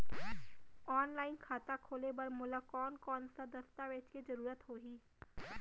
Online खाता खोले बर मोला कोन कोन स दस्तावेज के जरूरत होही?